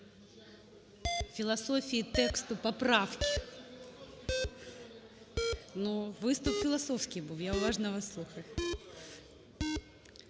Філософії тексту поправки. Виступ філософський був, я уважно вас слухала.